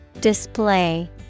Display